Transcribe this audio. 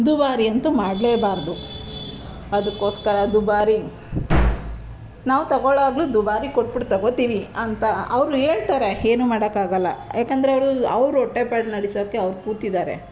ದುಬಾರಿಯಂತೂ ಮಾಡಲೇಬಾರ್ದು ಅದಕ್ಕೋಸ್ಕರ ದುಬಾರಿ ನಾವು ತೊಗೊಳ್ಳೋವಾಗಲೂ ದುಬಾರಿ ಕೊಟ್ಬಿಟ್ಟು ತೊಗೊಳ್ತೀವಿ ಅಂತ ಅವರು ಹೇಳ್ತಾರೆ ಏನು ಮಾಡೋಕ್ಕಾಗೋಲ್ಲ ಯಾಕೆಂದ್ರೆ ಅವರು ಅವ್ರ ಹೊಟ್ಟೆ ಪಾಡು ನಡೆಸೋಕೆ ಅವ್ರು ಕೂತಿದ್ದಾರೆ